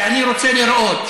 שאני רוצה לראות,